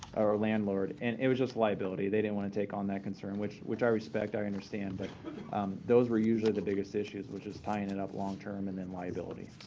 or landlord, and it was just liability. they didn't want to take on that concern, which which i respect. i understand. but those were usually the biggest issues which is tying it up long-term and then liability.